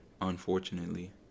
unfortunately